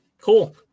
Cool